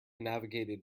navigated